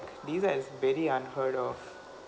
these are is very unheard of